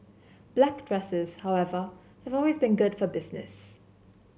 black dresses however have always been good for business